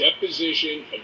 deposition